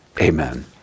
amen